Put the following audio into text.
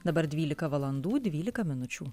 dabar dvylika valandų dvylika minučių